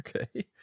Okay